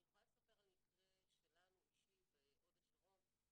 אני יכולה לספר על מקרה שלנו אישית בהוד השרון.